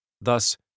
Thus